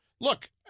look